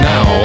Now